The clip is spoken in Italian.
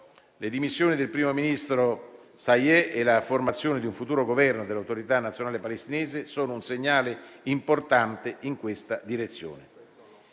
Le dimissioni del primo ministro Shtayyeh e la formazione di un futuro governo dell'Autorità nazionale palestinese sono un segnale importante in questa direzione.